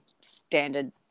standard